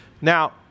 Now